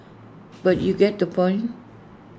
but you get the point